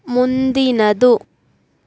ಮುಂದಿನದು